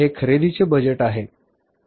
हे खरेदीचे बजेट आहे